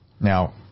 Now